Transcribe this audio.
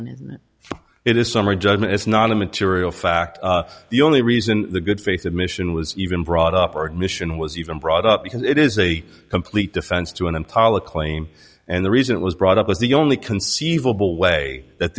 and it is summary judgment is not a material fact the only reason the good face admission was even brought up or admission was even brought up because it is a complete defense to an impala claim and the reason it was brought up was the only conceivable way that